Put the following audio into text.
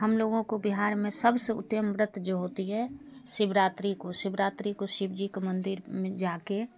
हम लोगों को बिहार में सबसे उत्तम व्रत जो होता है शिवरात्रि को शिवरात्रि को शिव जी को मंदिर में जा के